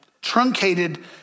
truncated